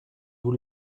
vous